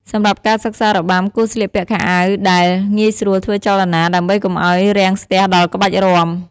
សម្រាប់ការសិក្សារបាំ គួរស្លៀកពាក់ខោអាវដែល ងាយស្រួលធ្វើចលនា ដើម្បីកុំឱ្យរាំងស្ទះដល់ក្បាច់រាំ។